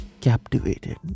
captivated